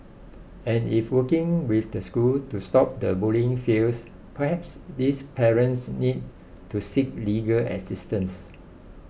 and if working with the school to stop the bullying fails perhaps these parents need to seek legal assistance